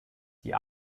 die